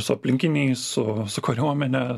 su aplinkiniais su su kariuomene